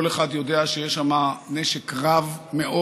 כל אחד יודע שיש שם נשק רב מאוד.